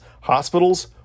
hospitals